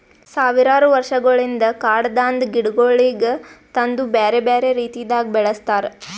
ಸಾವಿರಾರು ವರ್ಷಗೊಳಿಂದ್ ಕಾಡದಾಂದ್ ಗಿಡಗೊಳಿಗ್ ತಂದು ಬ್ಯಾರೆ ಬ್ಯಾರೆ ರೀತಿದಾಗ್ ಬೆಳಸ್ತಾರ್